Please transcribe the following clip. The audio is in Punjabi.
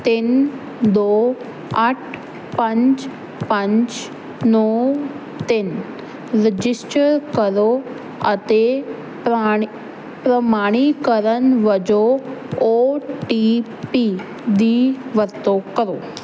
ਤਿੰਨ ਦੋ ਅੱਠ ਪੰਜ ਪੰਜ ਨੌਂ ਤਿੰਨ ਰਜਿਸਟਰ ਕਰੋ ਅਤੇ ਪ੍ਰਾ ਪ੍ਰਮਾਣੀਕਰਨ ਵਜੋਂ ਓ ਟੀ ਪੀ ਦੀ ਵਰਤੋਂ ਕਰੋ